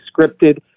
scripted